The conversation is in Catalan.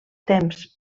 temps